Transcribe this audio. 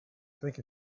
think